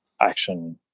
action